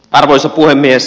arvoisa puhemies